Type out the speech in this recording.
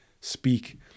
speak